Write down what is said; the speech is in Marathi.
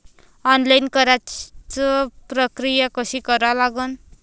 ऑनलाईन कराच प्रक्रिया कशी करा लागन?